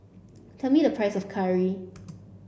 tell me the price of curry